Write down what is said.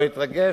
לא התרגש,